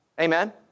Amen